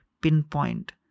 pinpoint